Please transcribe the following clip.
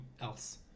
else